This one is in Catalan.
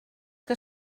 que